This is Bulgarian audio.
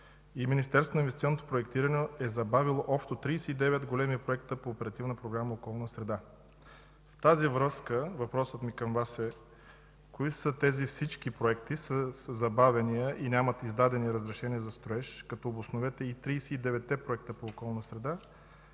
„Министерството на инвестиционното проектиране е забавило общо 39 големи проекта по Оперативна програма „Околна среда”. В тази връзка въпросът ми към Вас е: кои са тези „всички проекти” със забавяния и нямат издадени разрешения за строеж, като обосновете и 39-те проекта по